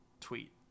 tweet